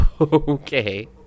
Okay